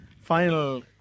Final